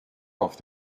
auf